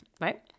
right